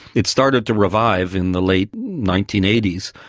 it started to revive in the late nineteen eighty s,